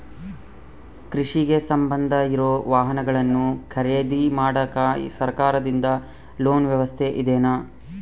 ಕೃಷಿಗೆ ಸಂಬಂಧ ಇರೊ ವಾಹನಗಳನ್ನು ಖರೇದಿ ಮಾಡಾಕ ಸರಕಾರದಿಂದ ಲೋನ್ ವ್ಯವಸ್ಥೆ ಇದೆನಾ?